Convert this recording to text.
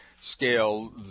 scale